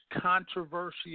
controversial